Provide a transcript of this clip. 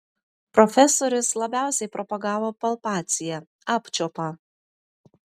profesorius labiausiai propagavo palpaciją apčiuopą